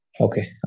Okay